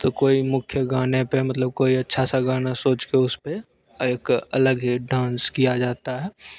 तो कोई मुख्य गाने पर मतलब कोई अच्छा सा गाना सोच कर उस पर एक अलग ही डांस किया जाता है